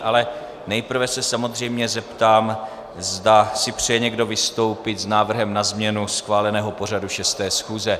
Ale nejprve se samozřejmě zeptám, zda si přeje někdo vystoupit s návrhem na změnu schváleného pořadu 6. schůze.